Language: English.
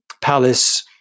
palace